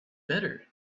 better